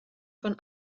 von